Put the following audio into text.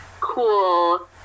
cool